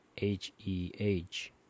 H-E-H